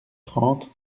trente